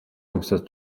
өмсөөд